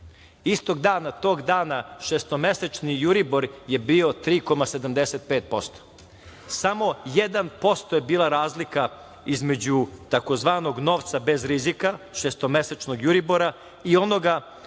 Istog dana, tog dana šestomesečni euribor je bio 3,75%. Samo jedan posto je bila razlika između tzv. novca bez rizik, šestomesečnog euribora, i onoga